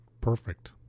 perfect